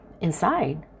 inside